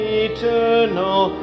eternal